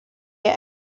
hear